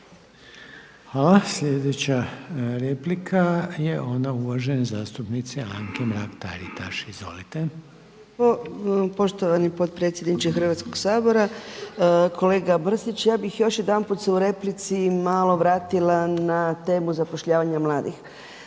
Hvala. Sljedeća replika je ona uvažene zastupnice Anke Mrak- Taritaš. Izvolite. **Mrak-Taritaš, Anka (HNS)** Poštovani potpredsjedniče Hrvatskog sabora, kolega Mrsić. Ja bih još jedanput se u replici malo vratila na temu zapošljavanja mladih.